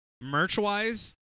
merch-wise